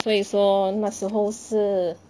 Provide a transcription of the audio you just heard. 所以说那时候是